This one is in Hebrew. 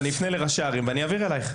אני אפנה לראשי הערים ואני אעביר אליך.